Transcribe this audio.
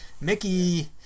Mickey